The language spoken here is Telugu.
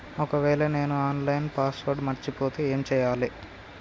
ఒకవేళ నేను నా ఆన్ లైన్ పాస్వర్డ్ మర్చిపోతే ఏం చేయాలే?